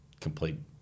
complete